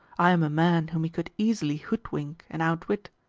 i am a man whom he could easily hoodwink and outwit.